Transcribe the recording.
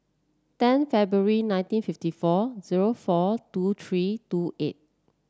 ten February nineteen fifty four zero four two three two eight